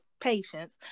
patience